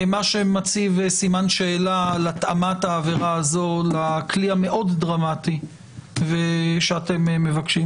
מה שמציב סימן שאלה על התאמת העבירה הזו לכלי המאוד דרמטי שאתם מבקשים.